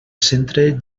centre